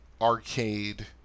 arcade